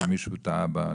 והפוך,